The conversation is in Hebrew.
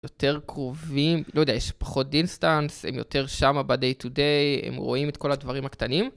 יותר קרובים, לא יודע, יש פחות דיסטנס, הם יותר שמה ב-day to day, הם רואים את כל הדברים הקטנים.